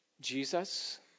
Jesus